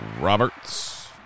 Roberts